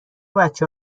بچه